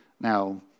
Now